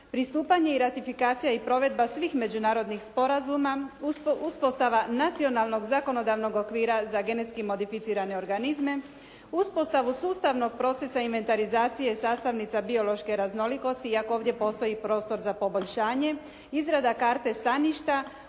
pristupanje i ratifikacija i provedba svih međunarodnih sporazuma, uspostava nacionalnog zakonodavnog okvira za genetski modificirane organizme, uspostavu sustavnog procesa inventarizacije, sastavnica biološke raznolikosti, iako ovdje postoji i prostor za poboljšanje, izrada karte staništa,